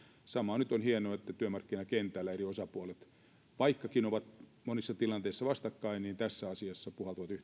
samoin nyt on hienoa että työmarkkinakentällä eri osapuolet vaikkakin ovat monissa tilanteissa vastakkain tässä asiassa puhaltavat